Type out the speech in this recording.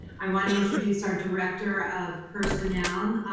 i wanna introduce our director of personnel,